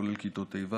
כולל כיתות ה',